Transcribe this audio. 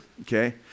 okay